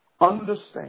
understand